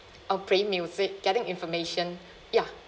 or play music getting information ya